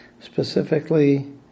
Specifically